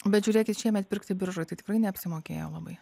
bet žiūrėkit šiemet pirkti biržoj tai tikrai neapsimokėjo labai